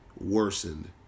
worsened